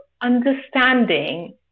understanding